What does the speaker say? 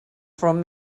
from